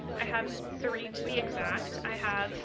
i have three to be exact. i have